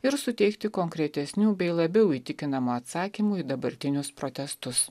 ir suteikti konkretesnių bei labiau įtikinamų atsakymų į dabartinius protestus